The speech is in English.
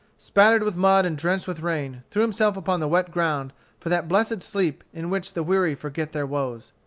spattered with mud and drenched with rain, threw himself upon the wet ground for that blessed sleep in which the weary forget their woes.